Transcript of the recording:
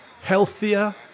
healthier